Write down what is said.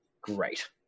great